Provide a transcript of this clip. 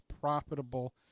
profitable